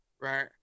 right